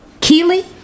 keely